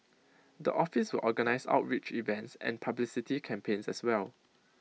the office will organise outreach events and publicity campaigns as well